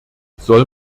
soll